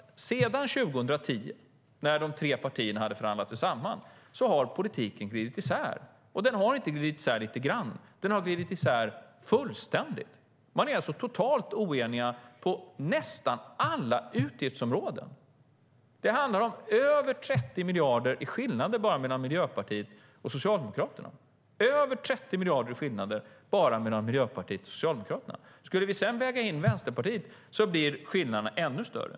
Sedan 2010, när de tre partierna hade förhandlat sig samman, har politiken glidit isär. Och den har inte glidit isär lite grann, utan den har glidit isär fullständigt. Man är totalt oenig på nästan alla utgiftsområden. Det handlar om över 30 miljarder i skillnader bara mellan Miljöpartiet och Socialdemokraterna. Om vi sedan skulle väga in Vänsterpartiet blir skillnaderna ännu större.